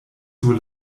sur